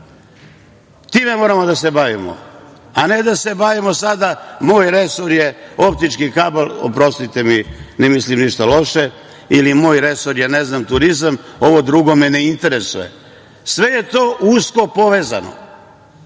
Time moramo da se bavimo, a ne da se bavimo sada – moj resor je optički kabl, oprostite ministri, ništa loše, ili moj resor je turizam, a ovo drugo me ne interesuje. Sve je to usko povezano.